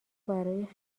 برای